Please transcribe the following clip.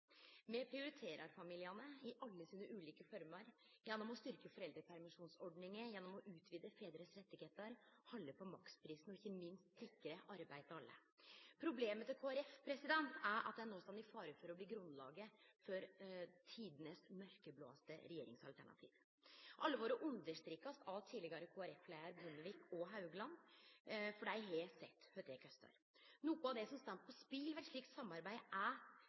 Me prioriterer familiane i alle deira ulike former gjennom å styrkje foreldrepermisjonsordninga, gjennom å utvide fedrane sine rettar, halde på maksprisen og ikkje minst sikre arbeid til alle. Problemet til Kristeleg Folkeparti er at dei no står i fare for å bli grunnlaget for det mørkaste blå regjeringsalternativet gjennom tidene. Alvoret blir understreka av dei tidlegare Kristeleg Folkeparti-leiarane Bondevik og Svarstad Haugland, for dei har sett kva det kostar. Noko av det som står på spel ved eit slikt samarbeid, er